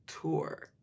tour